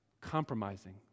compromising